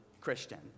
Christian